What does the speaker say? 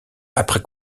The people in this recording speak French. après